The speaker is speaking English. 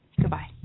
Goodbye